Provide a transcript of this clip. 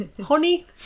honey